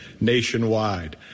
nationwide